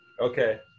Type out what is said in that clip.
Okay